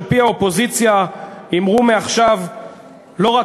על-פי האופוזיציה אמרו מעכשיו לא רק: